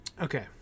okay